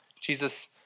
Jesus